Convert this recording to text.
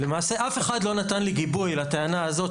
למעשה אף אחד לא נתן לי גיבוי לטענה הזאת,